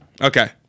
okay